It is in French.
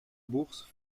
bourse